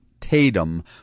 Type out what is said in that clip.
Tatum